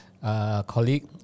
colleague